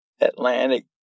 Atlantic